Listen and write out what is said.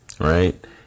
Right